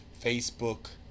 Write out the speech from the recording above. Facebook